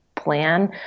plan